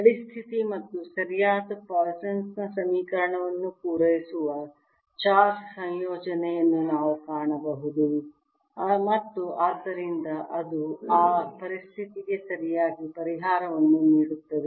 ಗಡಿ ಸ್ಥಿತಿ ಮತ್ತು ಸರಿಯಾದ ಪಾಯ್ಸನ್ ನ ಸಮೀಕರಣವನ್ನು ಪೂರೈಸುವ ಚಾರ್ಜ್ ಸಂಯೋಜನೆಗಳನ್ನು ನಾವು ಕಾಣಬಹುದು ಮತ್ತು ಆದ್ದರಿಂದ ಅದು ಆ ಪರಿಸ್ಥಿತಿಗೆ ಸರಿಯಾದ ಪರಿಹಾರವನ್ನು ನೀಡುತ್ತದೆ